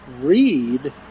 read